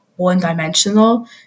one-dimensional